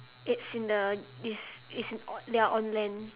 it's in the is is on they are on land